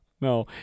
No